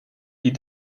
die